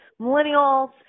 millennials